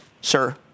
sir